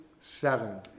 Seven